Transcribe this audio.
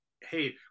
hey